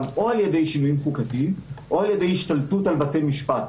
או על ידי שינויים חוקתיים או על ידי השתלטות על בתי משפט.